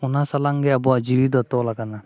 ᱚᱱᱟ ᱥᱟᱞᱟᱜ ᱜᱮ ᱟᱵᱚᱣᱟᱜ ᱡᱤᱣᱤ ᱫᱚ ᱛᱚᱞ ᱟᱠᱟᱱᱟ